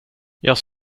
jag